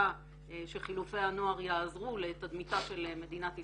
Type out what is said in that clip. שחילופי הנוער יעזרו לתדמיתה של מדינת ישראל.